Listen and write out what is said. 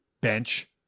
bench